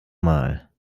mal